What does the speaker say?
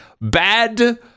Bad